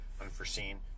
unforeseen